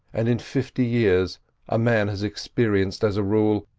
and in fifty years a man has experienced, as a rule,